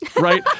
right